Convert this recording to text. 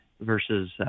versus